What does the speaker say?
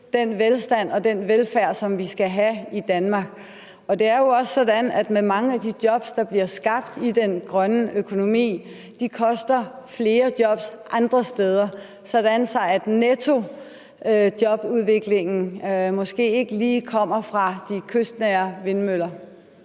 den velstand og den velfærd, som vi skal have i Danmark. Det er jo også sådan, at mange af de jobs, der bliver skabt i den grønne økonomi, koster flere jobs andre steder, sådan at nettojobudviklingen måske ikke lige kommer fra de kystnære vindmøller.